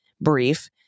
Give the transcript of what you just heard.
brief